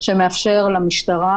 שמאפשר למשטרה,